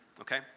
okay